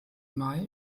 mai